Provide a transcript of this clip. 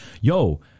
yo-